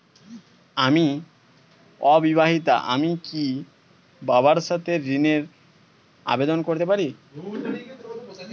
আমি অবিবাহিতা আমি কি বাবার সাথে ঋণের আবেদন করতে পারি?